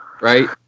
right